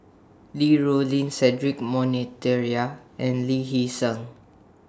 Li Rulin Cedric Monteiro and Lee Hee Seng